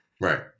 right